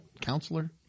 counselor